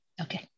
Okay